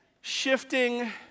shifting